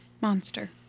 Monster